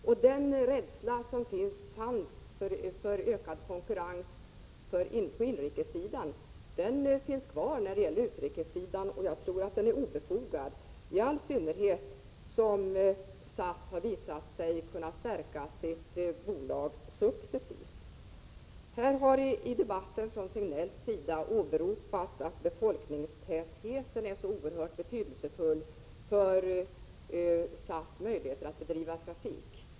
På samma sätt som det fanns en rädsla för en ökning av konkurrensen på inrikessidan finns det nu en rädsla när det gäller utrikessidan. För min del tror jag rädslan är obefogad, i all synnerhet som SAS har visat sig successivt kunna stärka bolaget. Sven-Gösta Signell har i debatten framhållit att befolkningstätheten är så oerhört betydelsefull för SAS möjligheter att bedriva trafik.